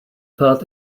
path